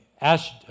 asked